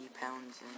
pounds